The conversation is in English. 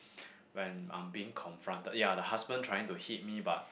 when I'm being confronted ya the husband trying to hit me but